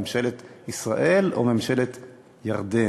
ממשלת ישראל או ממשלת ירדן?